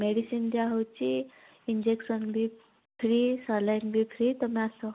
medicine ଦିଆହଉଛି injection ବି free saline ବି ଫ୍ରି ତମେ ଆସ